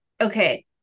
okay